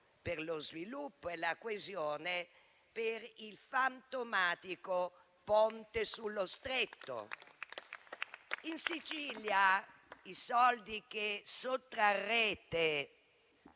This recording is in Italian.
per lo sviluppo e la coesione per il fantomatico Ponte sullo Stretto. In Sicilia i soldi che sottrarrete